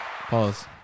Pause